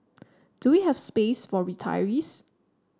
do we have space for retirees